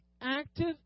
active